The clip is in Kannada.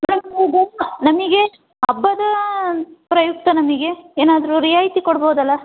ಇಲ್ಲ ಮೇಡಮ್ ನಮಗೆ ಹಬ್ಬದ ಪ್ರಯುಕ್ತ ನಮಗೆ ಏನಾದರೂ ರಿಯಾಯಿತಿ ಕೊಡ್ಬೋದಲ್ಲ